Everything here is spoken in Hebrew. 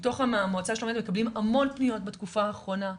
בתוך המועצה לשלום הילד מקבלים המון פניות בתקופה האחרונה.